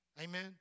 Amen